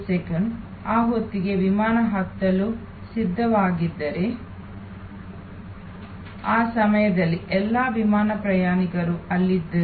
11 ಆ ಹೊತ್ತಿಗೆ ವಿಮಾನ ಹತ್ತಲು ಸಿದ್ಧವಾಗಿದ್ದರೆ ಆ ಸಮಯದಲ್ಲಿ ಎಲ್ಲಾ ವಿಮಾನ ಪ್ರಯಾಣಿಕರು ಅಲ್ಲಿದ್ದರು